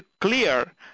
clear